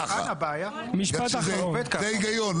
ככה, בגלל שזה ההיגיון.